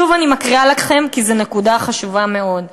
שוב אני מקריאה לכם, כי זו נקודה חשובה מאוד: